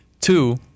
Two